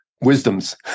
wisdoms